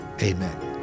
Amen